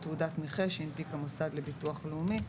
"תעודת נכה" שהנפיק המוסד לביטוח לאומי,".